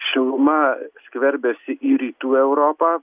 šiluma skverbiasi į rytų europą